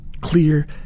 Clear